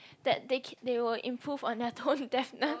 that they keep they will improve on their tone deafness